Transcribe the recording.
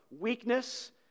weakness